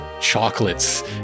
chocolates